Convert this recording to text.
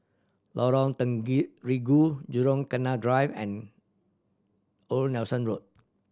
Lorong Jurong Canal Drive and Old Nelson Road